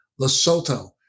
Lesotho